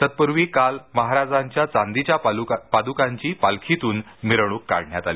तत्पूर्वी काल महाराजांच्या चांदीच्या पादकांची पालखीतून मिरवणूक काढण्यात आली